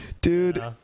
Dude